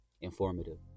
informative